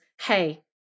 hey